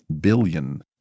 billion